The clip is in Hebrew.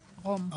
סיעודיים.